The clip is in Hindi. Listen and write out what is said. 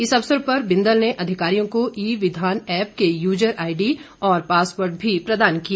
इस अवसर पर बिंदल ने अधिकारियों को ई विघान एप्प को यूजर आईडी और पासवार्ड भी प्रदान किए